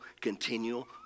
continual